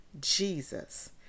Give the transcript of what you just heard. Jesus